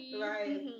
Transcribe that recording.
Right